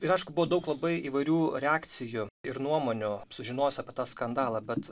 ir aišku buvo daug labai įvairių reakcijų ir nuomonių sužinojus apie tą skandalą bet